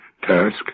task